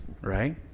right